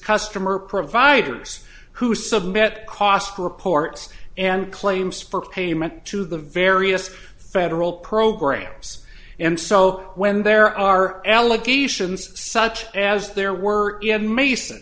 customer providers who submit cost reports and claims for payment to the various federal programs and so when there are allegations such as there were a mason